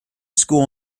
school